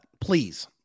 Please